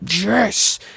Yes